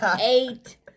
eight